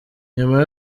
inyuma